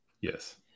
Yes